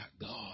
God